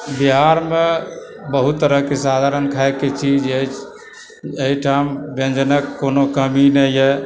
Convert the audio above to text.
बिहारमे बहुत तरहकेँ साधारण खायके चीज अछि अहिठाम व्यञ्जनक कोनो कमी नहिए